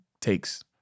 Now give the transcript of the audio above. takes